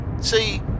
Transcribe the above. See